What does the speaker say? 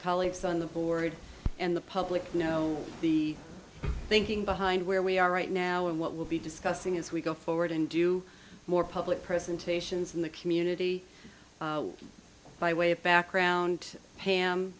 colleagues on the board and the public know the thinking behind where we are right now and what we'll be discussing as we go forward and do more public presentations in the community by way of background pam